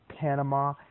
Panama